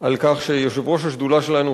על כך שיושב-ראש השדולה שלנו,